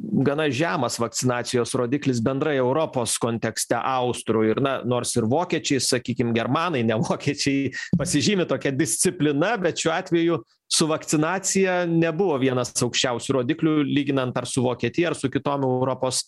gana žemas vakcinacijos rodiklis bendrai europos kontekste austrų ir na nors ir vokiečiai sakykim germanai ne vokiečiai pasižymi tokia disciplina bet šiuo atveju su vakcinacija nebuvo vienas aukščiausių rodiklių lyginant ar su vokietija ar su kitom europos